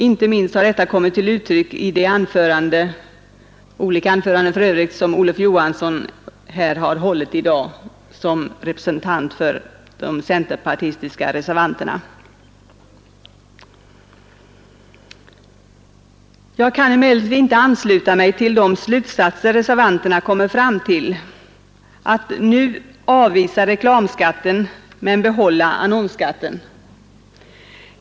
Inte minst har de kommit till uttryck i de olika anföranden som Olof Johansson i Stockholm hållit här i dag som representant för de centerpartistiska reservanterna. Jag kan emellertid inte ansluta mig till de slutsatser reservanterna kommer fram till: att nu avvisa reklamskatten men behålla annonsskatten.